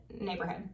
neighborhood